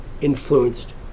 influenced